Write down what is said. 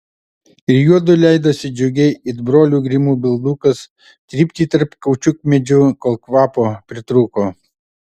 ir juodu leidosi džiugiai it brolių grimų bildukas trypti tarp kaučiukmedžių kol kvapo pritrūko